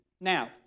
Now